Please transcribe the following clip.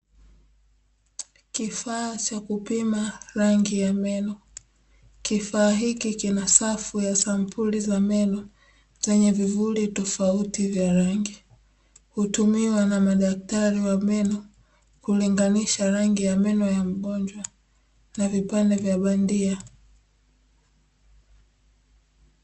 Kifaa cha kupima rangi ya meno, kifaa hiki kina safu ya sampuli za meno zenye vivuli tofauti vya rangi. Hutumiwa na madaktari wa meno kulinganisha rangi ya meno ya mgonjwa na vipande vya bandia.